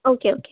okay okay